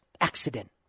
accident